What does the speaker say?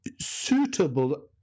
suitable